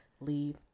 leave